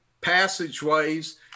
passageways